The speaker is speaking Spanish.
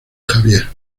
javier